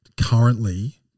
currently